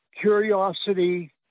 curiosity